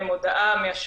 הציבור.